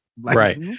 Right